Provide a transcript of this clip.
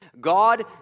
God